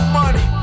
money